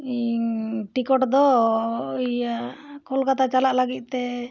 ᱤᱧ ᱴᱤᱠᱚᱴ ᱫᱚ ᱤᱭᱟᱹ ᱠᱳᱞᱠᱟᱛᱟ ᱪᱟᱞᱟᱜ ᱞᱟᱹᱜᱤᱫ ᱛᱮ